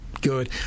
good